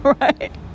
right